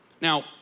Now